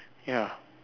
ya